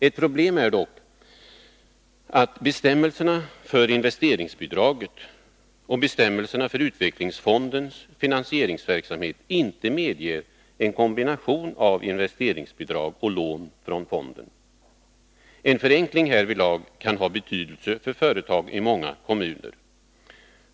Ett problem är dock att bestämmelserna för investeringsbidraget och bestämmelserna för utvecklingsfondens finansieringsverksamhet inte medger en kombination av investeringsbidrag och lån från fonden. En förenkling härvidlag kan ha betydelse för företag i många kommuner.